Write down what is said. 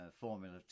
Formula